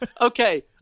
Okay